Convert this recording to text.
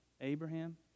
Abraham